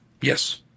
Yes